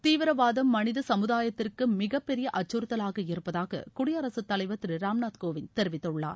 தீவிரவாதம் மனித சமுதாயத்திற்கு மிகப்பெரிய அச்சுறுத்தவாக இருப்பதாக குடியரசுத்தலைவர் திரு ராம்நாத் கோவிந்த் தெரிவித்துள்ளார்